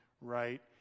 right